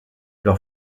leur